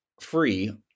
free